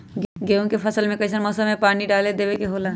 गेहूं के फसल में कइसन मौसम में पानी डालें देबे के होला?